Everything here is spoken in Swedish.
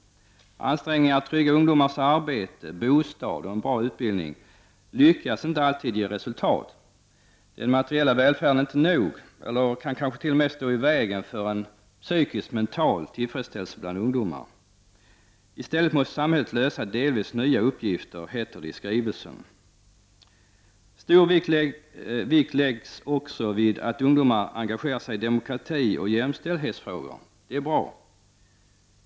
Ansträngningarna att trygga arbete, bostad och bra utbildning för ungdomar lyckas inte alltid ge resultat. Den materiella välfärden är inte nog, eller kanske t.o.m. står i vägen för en psykisk, mental, tillfredsställelse bland ungdomar. I stället måste samhället lösa delvis nya uppgifter, heter det i skrivelsen. Stor vikt läggs också vid att ungdomar engagerar sig i demokrati och jämställdhetsfrågor. Det är bra.